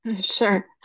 Sure